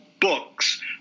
books